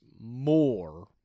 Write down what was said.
more